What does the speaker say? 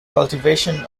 cultivation